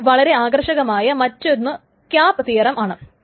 ഇനി ഇവിടെ വളരെ ആകർഷകമായ മറ്റൊന്ന് ക്യാപ് തിയറം ആണ്